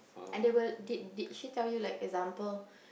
under table did did she tell you like example